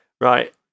Right